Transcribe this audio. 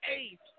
eight